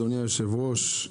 אדוני היושב-ראש,